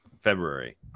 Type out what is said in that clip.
February